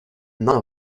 none